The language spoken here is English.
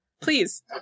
please